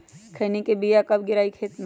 खैनी के बिया कब गिराइये खेत मे?